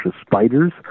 Spiders